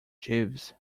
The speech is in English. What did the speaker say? jeeves